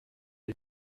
les